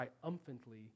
triumphantly